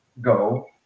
go